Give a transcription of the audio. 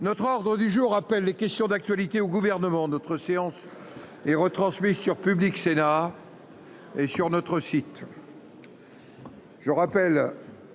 Notre ordre du jour appelle les questions d'actualité au gouvernement d'autres séances et retransmis sur Public Sénat. Demain. Et sur notre site.